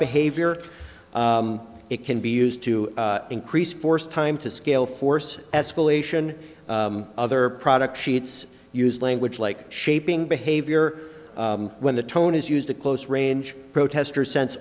behavior it can be used to increase force time to scale force escalation other product sheets use language like shaping behavior when the tone is used to close range protesters sense